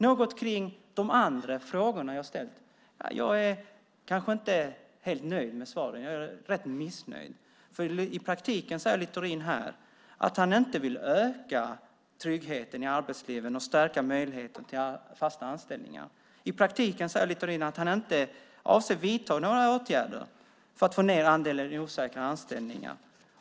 Låt mig säga något om de andra frågor jag ställt. Jag är kanske inte helt nöjd med svaren. Jag är rätt missnöjd. I praktiken säger Littorin att han inte vill öka tryggheten i arbetslivet och stärka möjligheterna till fasta anställningar. I praktiken säger Littorin att han inte avser att vidta några åtgärder för att få ned andelen osäkra anställningar.